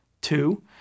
Two